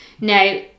now